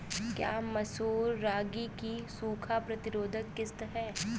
क्या मसूर रागी की सूखा प्रतिरोध किश्त है?